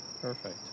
Perfect